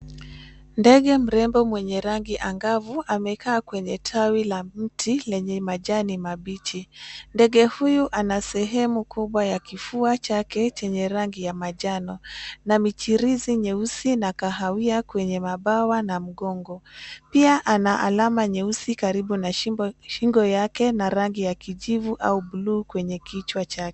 Ndege mrembo mwenye rangi angavu amekaa kwenye tawi la mti lenye majani mabichi. Ndege huyu anasehemu kubwa ya kifua chake chenye rangi ya majano na michirizi nyeusi na kahawia kwenye mabawa na mgongo. Pia ana alama nyeusi karibu na shingo yake na rangi ya kijivu au blue kwenye kichwa chake.